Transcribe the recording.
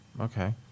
Okay